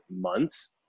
months